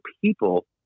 people